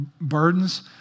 burdens